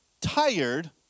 tired